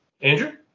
Andrew